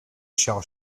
shall